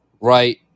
right